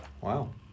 Wow